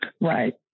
right